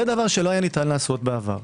זה דבר שלא היה ניתן לעשות בעבר.